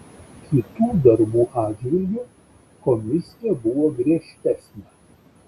kitų darbų atžvilgiu komisija buvo griežtesnė